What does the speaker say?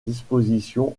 disposition